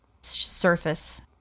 surface